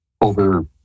over